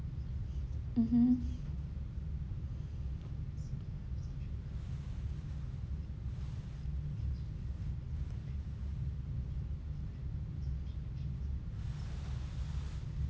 mmhmm